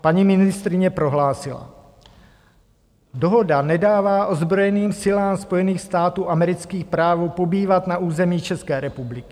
Paní ministryně prohlásila: Dohoda nedává ozbrojeným silám Spojených států amerických právo pobývat na území České republiky.